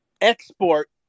export